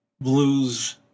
blues